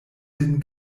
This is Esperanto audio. sin